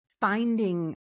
finding